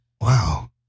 Wow